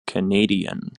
canadian